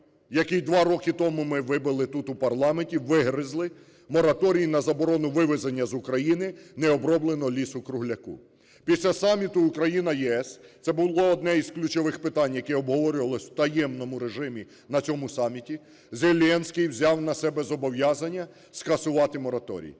який два роки тому ми вибили тут у парламенті, вигризли – мораторій на заборону вивезення з України необробленого лісу-кругляка. Після саміту Україна - ЄС це було одне з ключових питань, яке обговорювалося в таємному режимі на цьому саміті. Зеленський взяв на себе зобов'язання скасувати мораторій.